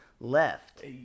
left